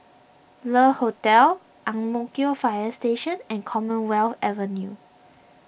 Le Hotel Ang Mo Kio Fire Station and Commonwealth Avenue